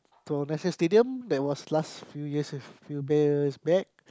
to National-Stadium that was last few years with few years back